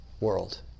world